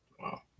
wow